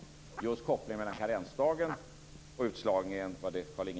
Carlinge Wisberg gjorde kopplingen mellan karensdag och utslagning.